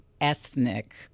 ethnic